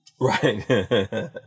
Right